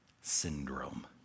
Syndrome